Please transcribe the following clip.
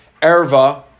erva